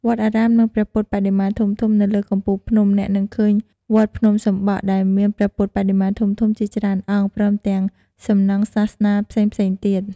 វត្តអារាម និងព្រះពុទ្ធបដិមាធំៗ នៅលើកំពូលភ្នំ អ្នកនឹងឃើញវត្តភ្នំសំបក់ ដែលមានព្រះពុទ្ធបដិមាធំៗជាច្រើនអង្គ ព្រមទាំងសំណង់សាសនាផ្សេងៗទៀត។